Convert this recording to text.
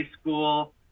school